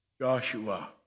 Joshua